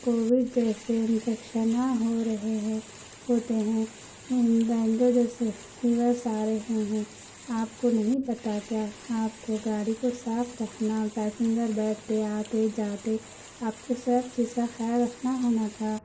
Covid جیسے انفیکشناں ہو رہے ہیں ہوتے ہیں ڈینگو جیسے فیورس آ رہے ہیں آپ کو نہیں پتہ کیا آپ کو گاڑی کو صاف رکھنا پسینجر بیٹھتے آتے جاتے آپ کو سب چیز کا خيال رکھنا ہونا تھا